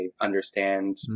understand